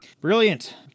Brilliant